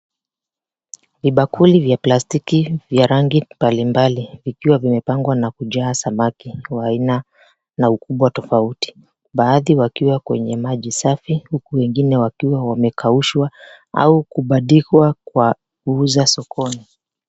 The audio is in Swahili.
Ni bakuli vya plastiki vya rangi mbalimbali vikiwa vimepangwa na kujaa samaki wa aina na ukubwa tofauti, baadhi wakiwa kwenye maji safi huku wengine wakiwa wamekaushwa au kubandikwa kwa kuuza sokoni.